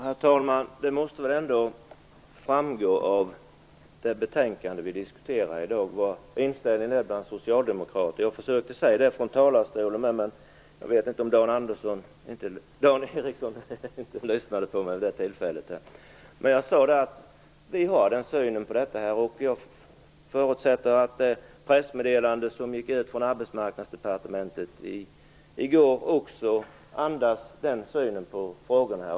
Herr talman! Det måste väl ändå framgå av det betänkande som vi diskuterar i dag vad inställningen bland socialdemokraterna är. Jag försökte också redogöra för den från talarstolen, men jag vet inte om Dan Ericsson inte lyssnade på mig vid det tillfället. Jag redogjorde i alla fall för vår syn på frågorna. Jag sade att jag förutsätter att det pressmeddelande som gick ut från Arbetsmarknadsdepartementet i går andas samma syn på frågorna.